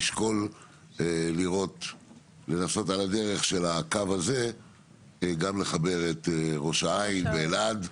לשקול לנסות על הדרך של הקו הזה גם לחבר את ראש העין ואלעד,